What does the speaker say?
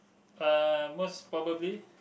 uh most probably